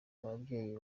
umubyeyi